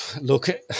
look